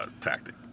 tactic